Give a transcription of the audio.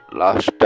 last